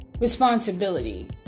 responsibility